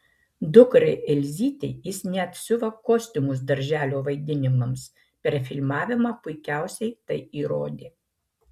dukrai elzytei jis net siuva kostiumus darželio vaidinimams per filmavimą puikiausiai tai įrodė